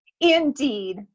Indeed